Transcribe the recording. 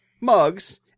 mugs